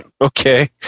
Okay